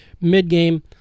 mid-game